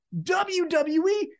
WWE